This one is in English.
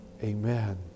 amen